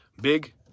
Big